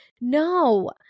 No